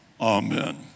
Amen